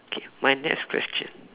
okay my next question